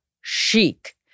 chic